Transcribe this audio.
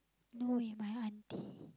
no he my auntie